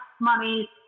money